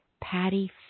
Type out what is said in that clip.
Patty